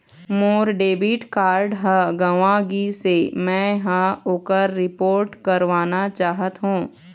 मोर debit card ह गंवा गिसे, मै ह ओकर रिपोर्ट करवाना चाहथों